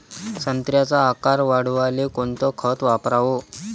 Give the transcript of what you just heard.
संत्र्याचा आकार वाढवाले कोणतं खत वापराव?